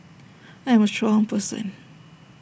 I am A strong person